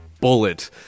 bullet